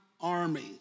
army